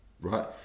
right